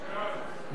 בעד.